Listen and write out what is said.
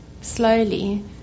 slowly